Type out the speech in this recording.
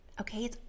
okay